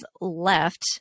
left